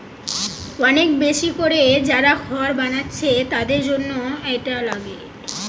অনেক বেশি কোরে যারা খড় বানাচ্ছে তাদের জন্যে এটা লাগে